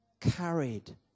carried